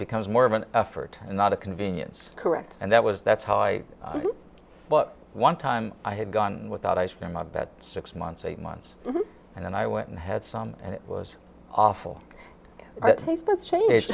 becomes more of an effort and not a convenience correct and that was that's high but one time i had gone without ice cream i bet six months eight months and then i went and had some and it was awful i think that's changed